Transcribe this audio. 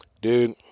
Dude